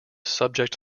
subject